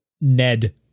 Ned